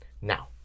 Now